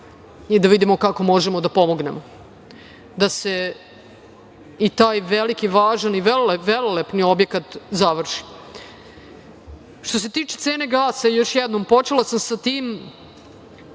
i da vidimo kako možemo da pomognemo da se i taj veliki važan i velelepni objekat završi. Što se tiče cene gasa, još jednom, počela sam sa tim,